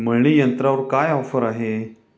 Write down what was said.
मळणी यंत्रावर काय ऑफर आहे?